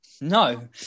No